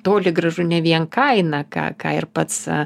toli gražu ne vien kaina ką ką ir pats